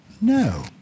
No